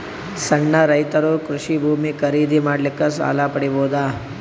ಸಣ್ಣ ರೈತರು ಕೃಷಿ ಭೂಮಿ ಖರೀದಿ ಮಾಡ್ಲಿಕ್ಕ ಸಾಲ ಪಡಿಬೋದ?